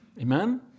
Amen